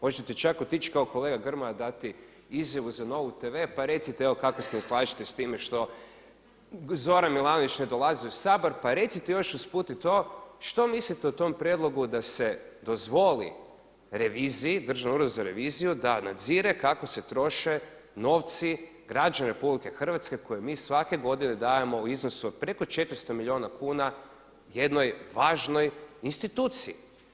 Možete čak otići kao kolega Grmoja i dati izjavu za NOVU TV pa recite evo kako se ne slažete s time što Zoran Milanović ne dolazi u Sabor pa recite još usput i to što mislite o tom prijedlogu da se dozvoli Državnom uredu za reviziju da nadzire kako se troše novce građana Republike Hrvatske koje mi svake godine dajemo u iznosu od preko 400 milijuna kuna jednoj važnoj instituciji.